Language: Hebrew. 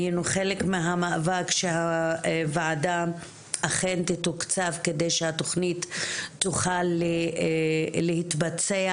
היינו חלק מהמאבק שהוועדה אכן תתוקצב כדי שהתכנית תוכל להתבצע,